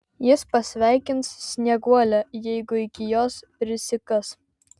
jis pasveikins snieguolę jeigu iki jos prisikas